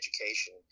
education